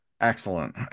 excellent